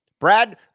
Brad